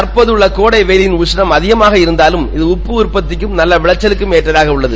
தற்போது வெயியின் உஷ்ணம் அதிகமாக இருந்தாலும் இது உப்பு உற்பத்திக்கும் நல்ல விளைச்சலுக்கும் எற்றதாக உள்ளது